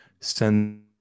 send